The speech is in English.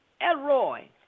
Elroy